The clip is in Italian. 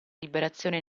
liberazione